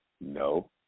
No